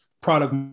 product